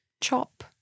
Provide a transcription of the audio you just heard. chop